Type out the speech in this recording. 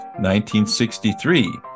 1963